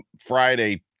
Friday